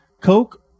Coke